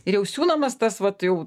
ir jau siūnamas tas vat jau